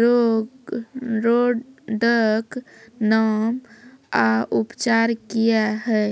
रोगऽक नाम आ उपचार क्या है?